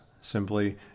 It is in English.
simply